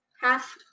half